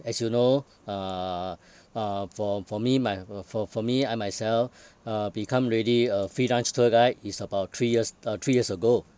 as you know uh uh for for me my uh for for me I myself uh become already a freelance tour guide is about three years uh three years ago